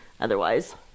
otherwise